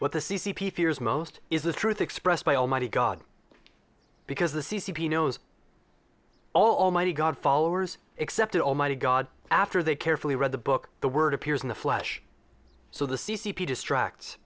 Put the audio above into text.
what the c c p fears most is the truth expressed by almighty god because the c c p knows all mighty god followers except the almighty god after they carefully read the book the word appears in the flesh so the c c p distracts